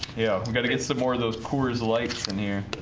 yeah, we gotta get some more of those coors lights in here